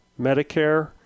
Medicare